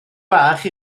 bach